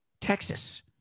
Texas